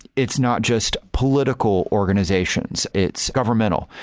it's not just political organizations. it's governmental.